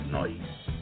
night